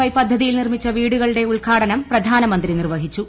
Y പദ്ധതിയിൽ നിർമ്മിച്ചു പ്രീടുകളുടെ ഉദ്ഘാടനം പ്രധാനമന്ത്രി നിർവഹിച്ചു